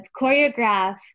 choreograph